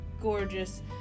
gorgeous